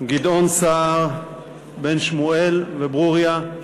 גדעון סער, בן שמואל וברוריה,